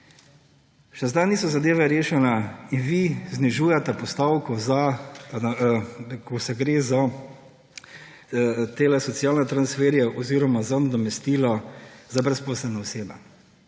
Še zdaj zadeve niso rešene in vi znižujete postavko, ko gre za socialne transferje oziroma za nadomestila za brezposelne osebe.